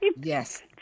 Yes